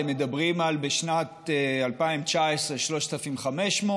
הם מדברים בשנת 2019 על 3,500,